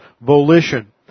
volition